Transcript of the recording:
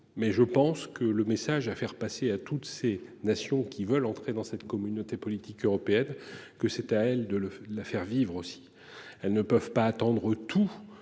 mais je pense que le message à faire passer à toutes ces nations qui veulent entrer dans cette communauté politique européenne, que c'est à elle de le la faire vivre aussi. Elles ne peuvent pas attendre tout